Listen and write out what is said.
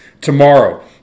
tomorrow